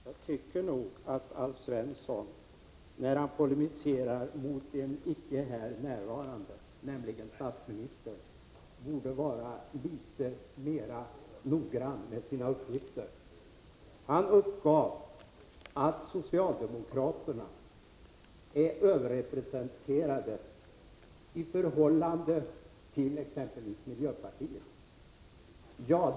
Herr talman! Jag tycker nog att Alf Svensson, när han polemiserar mot en icke här närvarande, nämligen statsministern, borde vara litet mera noggrann med sina uppgifter. Alf Svensson uppgav att socialdemokraterna är överrepresenterade i förhållande till exempelvis miljöpartiet.